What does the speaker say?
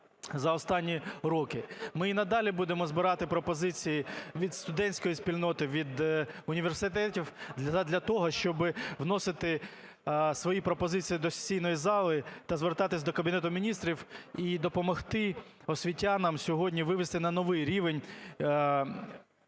за останні роки. Ми і надалі будемо збирати пропозиції від студентської спільноти, від університетів для того, щоб вносити свої пропозиції до сесійної зали, та звертатися до Кабінету Міністрів допомогти освітянам сьогодні вивести на новий рівень